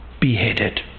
beheaded